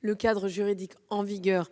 le cadre juridique en vigueur